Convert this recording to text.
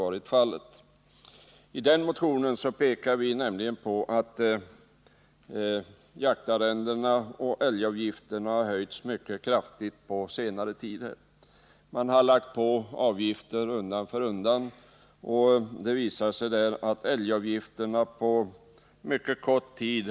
Vi pekar i vår motion på att jaktarrendena och älgavgifterna har höjts mycket kraftigt på senare tid. Man har lagt på avgifter undan för undan, och det har visat sig att älgavgifterna har flerdubblats på mycket kort tid.